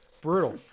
brutal